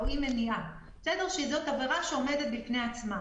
או אי מניעה, שזאת עבירה שעומדת בפני עצמה.